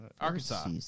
Arkansas